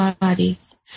bodies